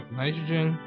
nitrogen